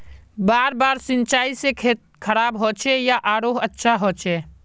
बार बार सिंचाई से खेत खराब होचे या आरोहो अच्छा होचए?